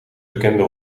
bekende